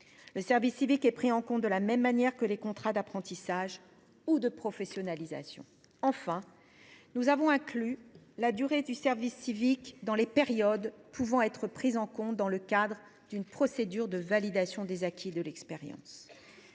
Le service civique est ainsi pris en compte de la même manière que les contrats d’apprentissage ou de professionnalisation. Enfin, nous avons inclus la durée du service civique dans les périodes pouvant être prises en compte dans le cadre d’une procédure de validation des acquis de l’expérience.